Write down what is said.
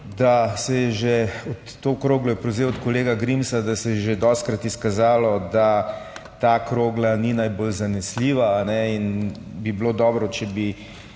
da se je že, to kroglo je prevzel od kolega Grimsa, da se je že dostikrat izkazalo, da ta krogla ni najbolj zanesljiva in bi bilo dobro, če bi